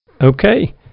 Okay